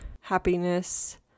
happiness